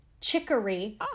chicory